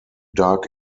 dark